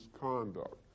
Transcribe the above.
conduct